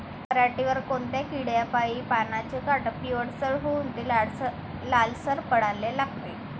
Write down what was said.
पऱ्हाटीवर कोनत्या किड्यापाई पानाचे काठं पिवळसर होऊन ते लालसर पडाले लागते?